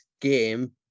game